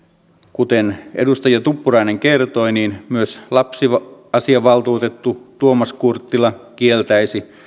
kuten edustaja tuppurainen kertoi niin myös lapsiasiavaltuutettu tuomas kurttila kieltäisi